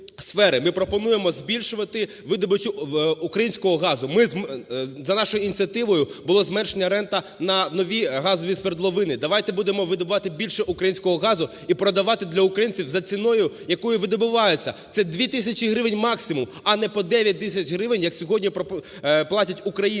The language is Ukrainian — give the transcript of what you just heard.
ми пропонуємо збільшувати видобуток українського газу. За нашою ініціативою була зменшена рента на нові газові свердловини. Давайте будемо видобувати більше українського газу і продавати для українців за ціною, якою видобувається, це 2 тисячі гривень максимум, а не по 9 тисяч гривень, як сьогодні платять українці.